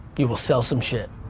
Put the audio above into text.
you will sell some shit.